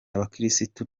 abakirisitu